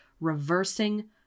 reversing